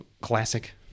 Classic